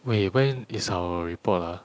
wait when is our report ah